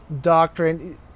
Doctrine